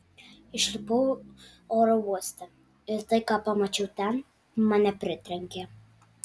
išlipau oro uoste ir tai ką pamačiau ten mane pritrenkė